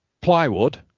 plywood